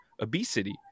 obesity